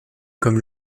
comme